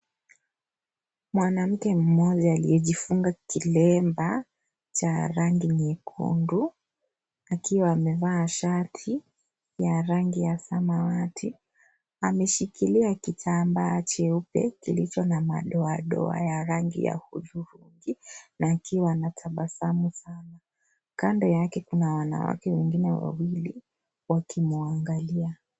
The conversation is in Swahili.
Mwanamke mmoja aliyejifunga kilemba cha rangi nyekundu akiwa amevaa shati ya rangi ya samawati ameshikilia kitambaa cheupe kilicho na madoadoa ya rangi ya hudhurungi na akiwa anatabasamu sana. Kando yake kuna wanawake wengine wawili wakimwangalia.